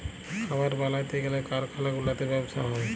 খাবার বালাতে গ্যালে কারখালা গুলাতে ব্যবসা হ্যয়